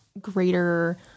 greater